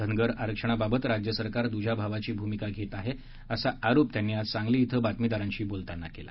धनगर आरक्षणाबाबत राज्य सरकार दुजाभावाची भूमिका घेत आहेत असा आरोप त्यांनी आज सांगली इथं बातमीदारांशी बोलताना केला